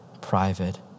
private